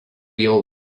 jau